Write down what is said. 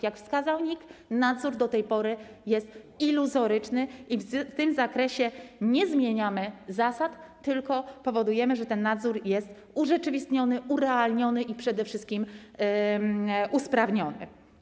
Jak wskazał NIK, nadzór do tej pory jest iluzoryczny i w tym zakresie nie zmieniamy zasad, tylko powodujemy, że jest on urzeczywistniony, urealniony i przede wszystkim usprawniony.